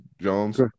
Jones